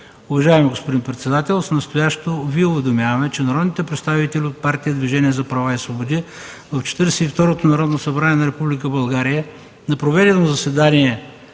„Уважаеми господин председател, с настоящото Ви уведомяваме, че народните представители от Партия Движение за права и свободи в Четиридесет и второто Народно събрание на Република България на проведено заседание